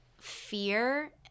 fear